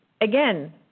again